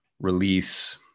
release